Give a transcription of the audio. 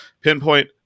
pinpoint